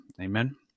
Amen